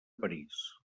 parís